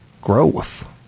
growth